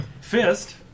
Fist